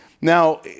Now